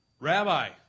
Rabbi